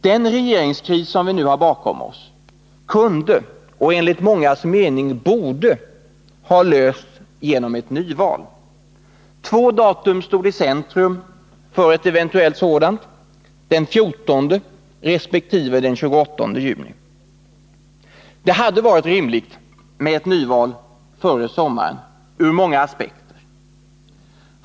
Den regeringskris som vi nu har bakom oss kunde — och borde enligt mångas mening — ha lösts genom ett nyval. Två datum stod i centrum för ett eventuellt nyval: den 14 resp. den 28 juni. Det hade ur många aspekter varit rimligt med ett nyval före sommaren.